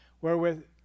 wherewith